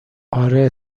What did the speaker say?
آره